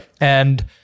And-